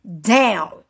down